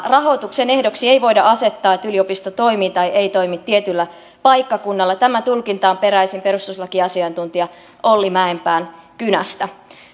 rahoituksen ehdoksi ei voida asettaa että yliopisto toimii tai ei toimi tietyllä paikkakunnalla tämä tulkinta on peräisin perustuslakiasiantuntija olli mäenpään kynästä